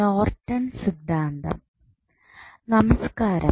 നമസ്കാരം